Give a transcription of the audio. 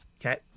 Okay